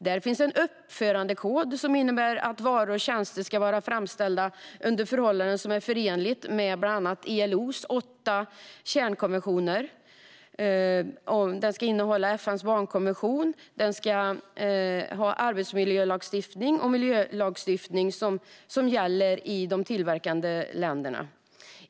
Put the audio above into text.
Där finns en uppförandekod som innebär att varor och tjänster ska vara framställda under förhållanden som är förenliga med bland annat ILO:s åtta kärnkonventioner. Den ska innehålla FN:s barnkonvention och tillämpa den arbetsmiljölagstiftning och miljölagstiftning som gäller i de tillverkande länderna.